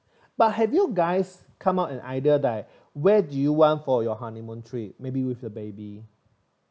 but have you guys come out an idea that where do you want for your honeymoon trip maybe with your baby